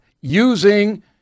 using